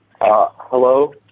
Hello